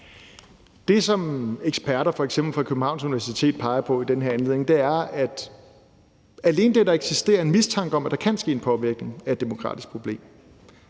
f.eks. fra Københavns Universitet, peger på i den her anledning, er, at alene det, at der eksisterer en mistanke om, at der kan ske en påvirkning, er et demokratisk problem.